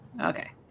Okay